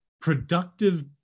productive